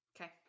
Okay